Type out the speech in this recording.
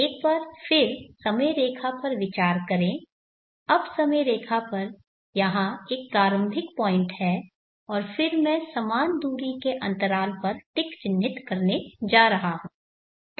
एक बार फिर समयरेखा पर विचार करें अब समयरेखा पर यहाँ एक प्रारंभिक पॉइंट है और फिर मैं समान दूरी के अंतराल पर टिक चिह्नित करने जा रहा हूं